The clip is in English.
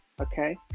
okay